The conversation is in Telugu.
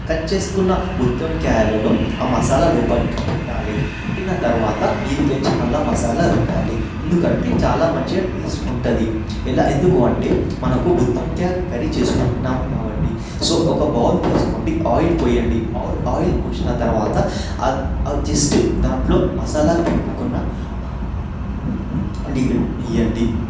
కట్ చేసుకున్న గుత్తి వంకాయలలో ఆ మసాలా లోపటికి పెట్టాలి పెట్టిన తరువాత మీదినుంచి మళ్ళీ మసాలా రుద్దాలి ఎందుకంటే చాలా మంచిగా టేస్ట్ ఉంటుంది ఎలా ఎందుకు అంటే మనము గుత్తి వంకాయ కర్రీ చేసుకుంటున్నాము కాబట్టి సో ఒక బౌల్ తీసుకోండి ఆయిల్ పోయండి ఆయిల్ ఆయిల్ పోసిన తరువాత అది అది జస్ట్ దాంట్లో మసాలా పెట్టుకున్న ఉల్లిగడ్డ వేయండి